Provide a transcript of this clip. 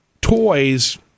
toys